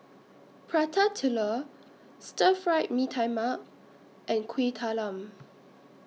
Prata Telur Stir Fry Mee Tai Mak and Kuih Talam